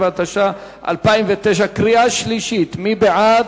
67), התש"ע 2009, מי בעד?